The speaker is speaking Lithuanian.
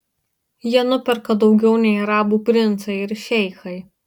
jie nuperka daugiau nei arabų princai ir šeichai